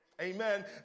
amen